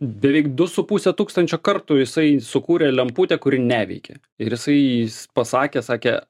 beveik du su puse tūkstančio kartų jisai sukūrė lemputę kuri neveikia ir jisai jis pasakė sakė